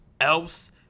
else